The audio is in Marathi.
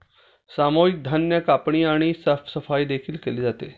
सामूहिक धान्य कापणी आणि साफसफाई देखील केली जाते